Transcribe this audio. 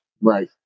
Right